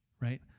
right